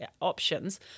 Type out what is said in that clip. options